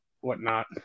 whatnot